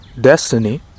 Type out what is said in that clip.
destiny